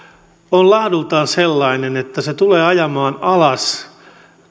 on laadultaan sellainen että se tulee ajamaan alas